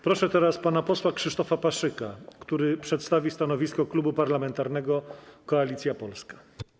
Proszę teraz pana posła Krzysztofa Paszyka, który przedstawi stanowisko Klubu Parlamentarnego Koalicja Polska.